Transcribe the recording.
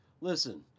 listen